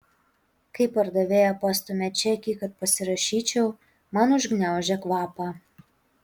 kai pardavėja pastumia čekį kad pasirašyčiau man užgniaužia kvapą